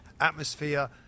atmosphere